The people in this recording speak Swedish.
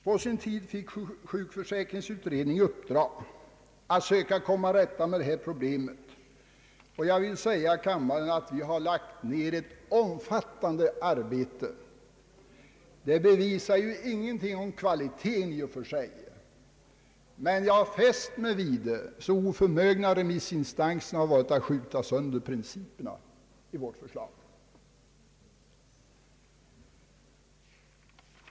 På sin tid fick sjukförsäkringsutredningen i uppdrag att försöka komma till rätta med detta problem, och jag vill säga kammaren att vi lagt ned ett omfattande arbete. Detta bevisar ju ingenting om kvaliteten i och för sig, men jag har fäst mig vid hur oförmögna remissinstanserna har varit att skjuta sönder principerna i vårt förslag.